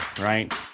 right